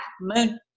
moon